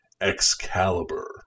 Excalibur